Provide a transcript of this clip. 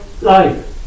life